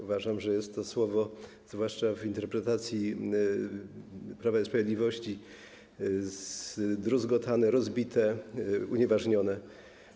Uważam, że jest to słowo, zwłaszcza w interpretacji Prawa i Sprawiedliwości, zdruzgotane, rozbite, unieważnione.